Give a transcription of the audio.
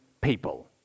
people